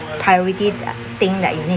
priority thing that you need